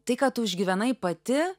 tai ką tu užgyvenai pati